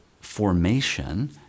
formation